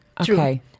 okay